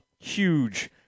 huge